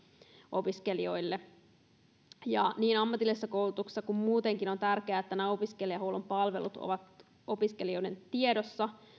opiskelijoille niin ammatillisessa koulutuksessa kuin muutenkin on tärkeää että nämä opiskelijahuollon palvelut ovat opiskelijoiden tiedossa